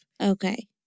Okay